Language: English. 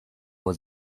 was